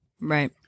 Right